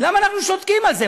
למה אנחנו שותקים על זה?